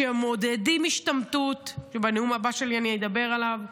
שמעודדים השתמטות, בנאום הבא שלי אני אדבר עליו,